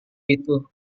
itu